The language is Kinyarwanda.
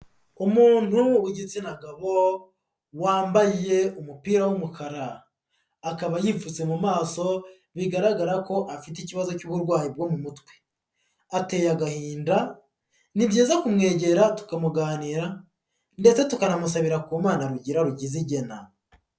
Umuntu w'igitsina gabo wambaye umupira w'umukara, akaba yipfutse mu maso bigaragara ko afite ikibazo cy'uburwayi bwo mu mutwe, ateye agahinda ni byiza kumwegera tukamuganira ndetse tukanamusabira ku mana rugira rugize igena.